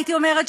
הייתי אומרת,